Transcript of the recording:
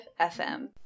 FM